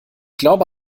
glaube